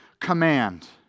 command